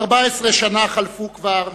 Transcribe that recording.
14 שנה חלפו כבר